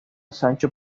sancho